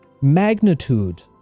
magnitude